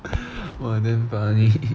!wah! damn funny